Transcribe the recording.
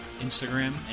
Instagram